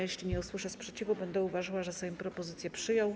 Jeśli nie usłyszę sprzeciwu, będę uważała, że Sejm propozycję przyjął.